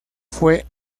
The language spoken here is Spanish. fue